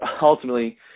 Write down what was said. ultimately